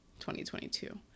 2022